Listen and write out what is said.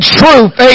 truth